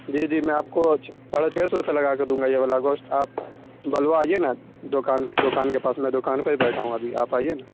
جی جی میں آپ کو چھ ساڑھے چھ سو روپیے لگا کر دوں گا یہ والا گوشت آپ بلو آئیے نا دکان دکان کے پاس میں دکان پہ ہی بیٹھا ہوں ابھی آپ آئیے نا